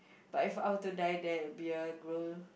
but if I were to die there it will be a gr~